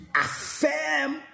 affirm